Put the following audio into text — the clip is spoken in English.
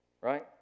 right